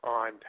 on